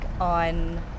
on